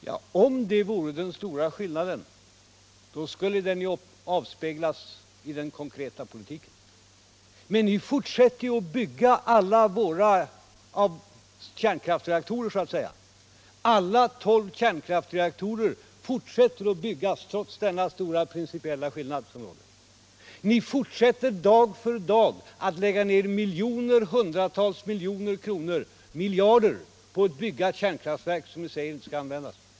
Herr talman! Om det vore den stora skillnaden skulle det avspeglas i den konkreta politiken, men ni fortsätter ju att bygga alla våra kärnkraftsreaktorer så att säga. Alla tolv kärnkraftsreaktorerna fortsätter ni att bygga trots denna stora principiella skillnad! Ni fortsätter dag för — Nr 7 dag att lägga ned hundratals miljoner kronor, ja miljarder, på att bygga Torsdagen den kärnkraftverk som ni säger inte skall användas.